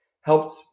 helped